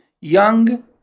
young